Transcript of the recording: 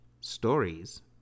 stories